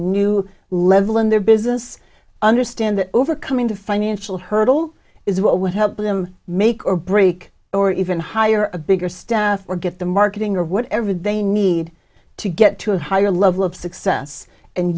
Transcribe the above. new level in their business understand that overcoming the financial hurdle is what would help them make or break or even hire a bigger staff or get the marketing or whatever they need to get to a higher level of success and